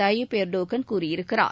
Tayyip Erdogan கூறியிருக்கிறார்